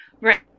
Right